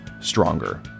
stronger